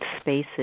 spaces